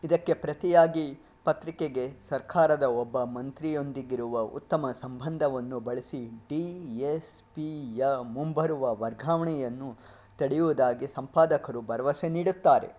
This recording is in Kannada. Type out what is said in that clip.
ಇದಕ್ಕೆ ಪ್ರತಿಯಾಗಿ ಪತ್ರಿಕೆಗೆ ಸರ್ಕಾರದ ಒಬ್ಬ ಮಂತ್ರಿಯೊಂದಿಗಿರುವ ಉತ್ತಮ ಸಂಬಂಧವನ್ನು ಬಳಸಿ ಡಿ ಎಸ್ ಪಿ ಯ ಮುಂಬರುವ ವರ್ಗಾವಣೆಯನ್ನು ತಡೆಯೋದಾಗಿ ಸಂಪಾದಕರು ಬರವಸೆ ನೀಡುತ್ತಾರೆ